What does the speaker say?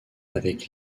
avec